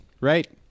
right